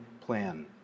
plan